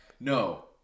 No